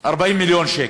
40 מיליון שקל.